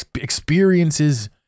experiences